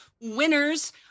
winners